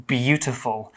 beautiful